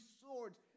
swords